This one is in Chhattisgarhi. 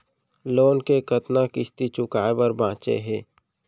लोन के कतना किस्ती चुकाए बर बांचे हे?